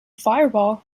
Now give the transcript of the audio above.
fireball